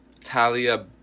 Talia